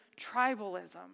tribalism